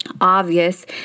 Obvious